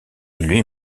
lui